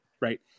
right